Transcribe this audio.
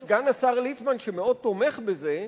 אבל גם סגן השר ליצמן, שמאוד תומך בזה,